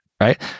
Right